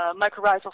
mycorrhizal